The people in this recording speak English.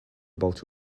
about